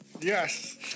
Yes